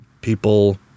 People